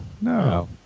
No